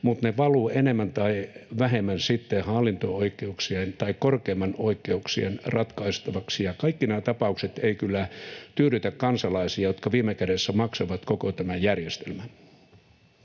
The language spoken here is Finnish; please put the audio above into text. mutta ne valuvat enemmän tai vähemmän hallinto-oikeuksien tai korkeimman oikeuden ratkaistavaksi. Kaikki nämä ta-paukset eivät kyllä tyydytä kansalaisia, jotka viime kädessä maksavat koko tämä järjestelmän.